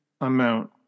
amount